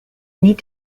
need